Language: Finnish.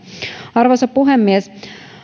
arvoisa puhemies